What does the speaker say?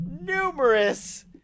numerous